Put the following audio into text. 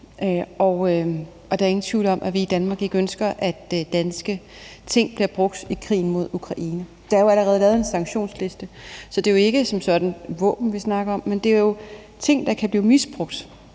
Der er ingen tvivl om, at vi i Danmark ikke ønsker, at danske ting bliver brugt i krigen mod Ukraine. Der er allerede lavet en sanktionsliste, så det er jo ikke som sådan våben, vi snakker om, men det er ting, der kan blive misbrugt